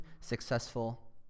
successful